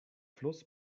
fluss